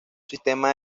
sistema